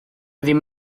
ddim